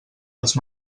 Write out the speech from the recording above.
els